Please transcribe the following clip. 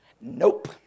Nope